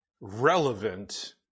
relevant